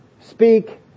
speak